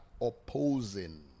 opposing